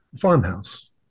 farmhouse